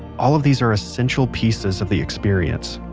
all of these are essential pieces of the experience.